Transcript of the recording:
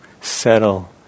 settle